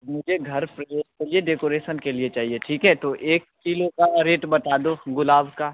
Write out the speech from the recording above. मुझे घर मुझे डेकोरेसन के लिए चाहिए ठीक है तो एक किलो का रेट बता दो गुलाब का